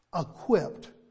equipped